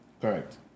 Correct